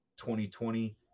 2020